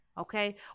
okay